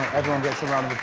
everyone gets a round